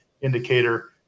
indicator